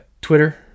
Twitter